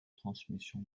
transmission